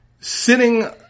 sitting